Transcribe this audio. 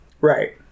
Right